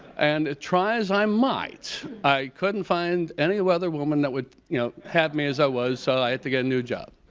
and try as i might i couldn't find any other woman that would you know have me as i was so i had to get a new job.